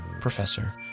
Professor